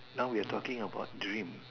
now we are talking about dream